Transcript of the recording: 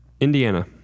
indiana